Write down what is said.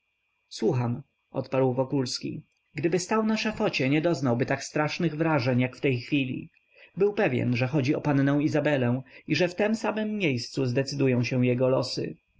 słucham odparł wokulski gdyby stał na szafocie nie doznałby tak strasznych wrażeń jak w tej chwili był pewny że chodzi o pannę izabelę i że w tem samem miejscu zdecydują się jego losy